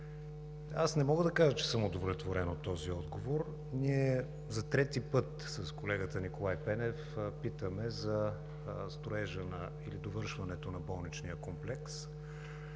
Не мога да кажа, че съм удовлетворен от този отговор. Ние за трети път с колегата Николай Пенев питаме за довършването на болничния комплекс.